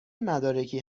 مدارکی